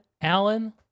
Alan